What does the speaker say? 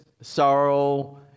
sorrow